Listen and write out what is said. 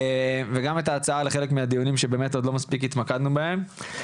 וגם את ההצעה לחלק מהדיונים שבאמת עוד לא מספיק התמקדנו בהם.